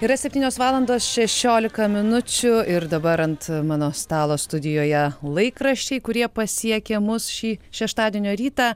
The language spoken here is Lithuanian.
yra septynios valandos šešiolika minučių ir dabar ant mano stalo studijoje laikraščiai kurie pasiekia mus šį šeštadienio rytą